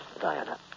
Diana